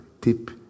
tip